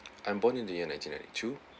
I'm born in the year nineteen ninety-two